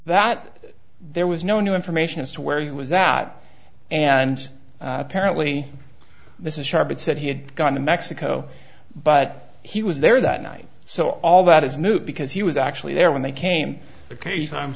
that there was no new information as to where he was that and apparently this is sharp it said he had gone to mexico but he was there that night so all that is new because he was actually there when they came the case i'm